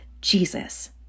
Jesus